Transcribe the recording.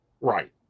Right